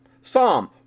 Psalm